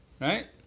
Right